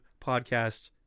podcast